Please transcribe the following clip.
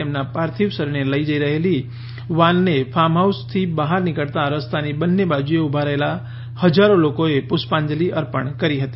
તેમના પાર્થિવ શરીરને લઇ જઇ રહેલી વાનને ફાર્મહાઉસથી બહાર નીકળતા રસ્તાની બંને બાજુએ ઉભા રહેલા હજારો લોકોએ પુષ્પાંજલી અર્પણ કરી હતી